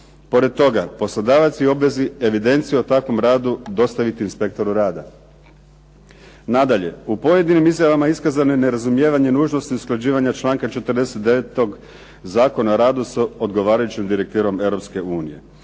se ne razumije./… obvezi evidenciju o takvom radu dostaviti inspektoru rada. Nadalje, u pojedinim izjavama iskaza ne nerazumijevanje nužnosti usklađivanja članka 49. Zakona o radu s odgovarajućom direktivom